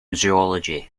zoology